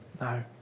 No